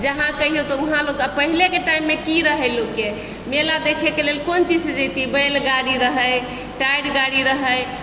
जहाँ कहियौ तऽ वहाँ लोक पहिनेके टाइममे की रहै लोकके मेला देखैके लेल कोन चीजसँ जैतिये बैल गाड़ी रहै टायर गाड़ी रहै